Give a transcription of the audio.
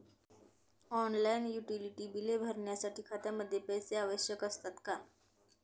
Online utility बिले भरण्यासाठी खात्यामध्ये पैसे आवश्यक असतात का?